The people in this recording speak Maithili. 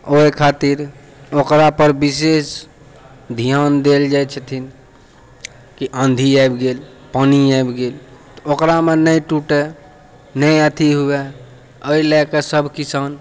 ओहि खातिर ओकरापर विशेष ध्यान देल जाइ छथिन कि आँधी आबि गेल पानि आबि गेल तऽ ओकरामे नहि टुटै नहि अथि हुवै ओहि लए कऽ सभ किसान